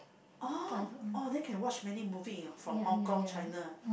oh oh then can watch many movie in from Hong-Kong China